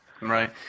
right